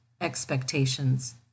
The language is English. expectations